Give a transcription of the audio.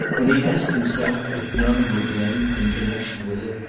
when he asked himself if none would then, in connexion with it,